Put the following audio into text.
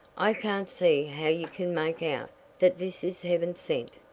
i can't see how you kin make out that this is heaven-sent,